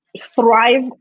thrive